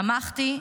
תמכתי,